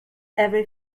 every